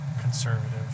conservative